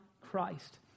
Christ